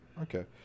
okay